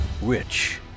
Rich